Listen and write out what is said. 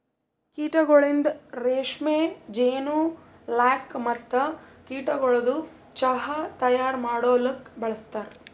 ಕೀಟಗೊಳಿಂದ್ ರೇಷ್ಮೆ, ಜೇನು, ಲ್ಯಾಕ್ ಮತ್ತ ಕೀಟಗೊಳದು ಚಾಹ್ ತೈಯಾರ್ ಮಾಡಲೂಕ್ ಬಳಸ್ತಾರ್